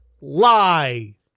lie